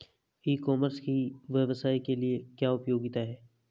ई commerce की व्यवसाय के लिए क्या उपयोगिता है?